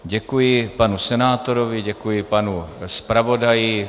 Děkuji panu senátorovi, děkuji panu zpravodaji.